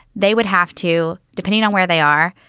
they would have to, depending on where they are,